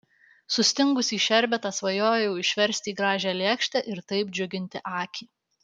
sustingusį šerbetą svajojau išversti į gražią lėkštę ir taip džiuginti akį